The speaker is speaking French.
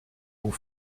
aux